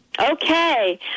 Okay